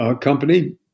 company